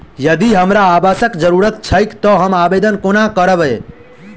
यदि हमरा आवासक जरुरत छैक तऽ हम आवेदन कोना करबै?